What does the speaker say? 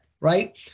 right